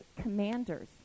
commanders